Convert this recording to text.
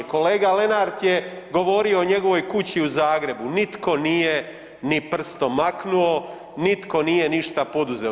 Kolega Lenart je govorio o njegovoj kući u Zagrebu, nitko nije ni prstom maknuo, nitko nije ništa poduzeo.